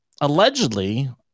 allegedly –